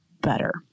better